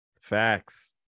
Facts